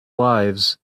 lives